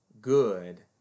good